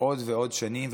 עוד ועוד שנים,